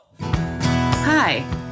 Hi